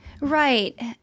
Right